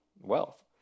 wealth